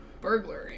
Burglary